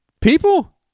people